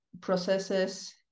processes